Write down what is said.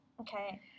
okay